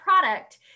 product